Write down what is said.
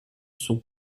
sont